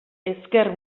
ezker